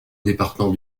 département